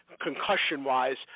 concussion-wise